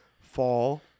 fall